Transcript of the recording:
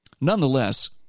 Nonetheless